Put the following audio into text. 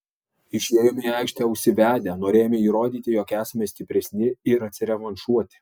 išėjome į aikštę užsivedę norėjome įrodyti jog esame stipresni ir atsirevanšuoti